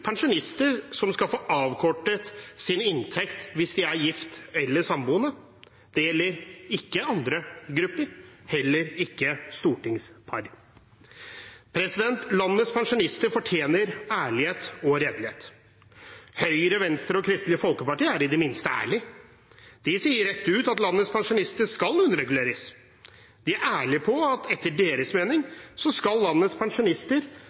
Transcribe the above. pensjonister som skal få avkortet sin inntekt hvis de er gift eller samboende. Det gjelder ikke andre grupper. Heller ikke stortingspar. Landets pensjonister fortjener ærlighet og redelighet. Høyre, Venstre og Kristelig Folkeparti er i det minste ærlige. De sier rett ut at landets pensjonister skal underreguleres. De er ærlige på at etter deres mening skal landets pensjonister